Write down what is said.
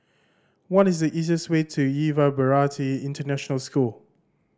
what is the easiest way to Yuva Bharati International School